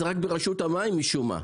זה רק ברשות המים משום מה.